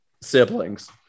siblings